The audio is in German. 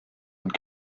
und